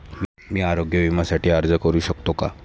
मी आरोग्य विम्यासाठी अर्ज करू शकतो का?